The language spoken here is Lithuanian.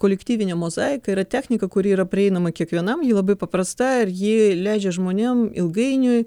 kolektyvinė mozaika yra technika kuri yra prieinama kiekvienam ji labai paprasta ir ji leidžia žmonėm ilgainiui